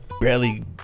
barely